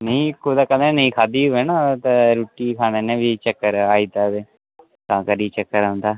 नेईं कुतै कदें नेईं खाद्धी दी होऐ ना ते रुट्टी खाने नै बी चक्कर आई सकदे तां करियै चक्कर औंदा